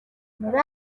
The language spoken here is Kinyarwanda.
muri